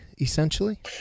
essentially